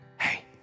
hey